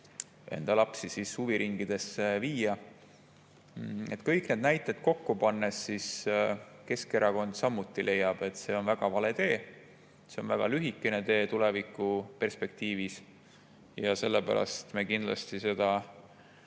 enda lapsi huviringidesse viia – kõiki neid näiteid kokku pannes Keskerakond samuti leiab, et see on väga vale tee. See on väga lühikene tee tuleviku perspektiivis ja sellepärast me kindlasti seda